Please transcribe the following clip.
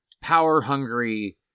power-hungry